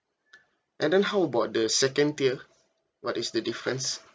and then how about the second tier what is the difference